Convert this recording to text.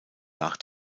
nach